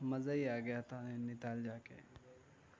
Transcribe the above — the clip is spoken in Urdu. مزہ ہی آ گیا تھا نینی تال جا کے